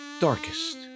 darkest